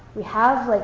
we have like